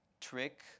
trick